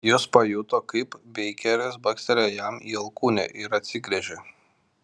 jis pajuto kaip beikeris bakstelėjo jam į alkūnę ir atsigręžė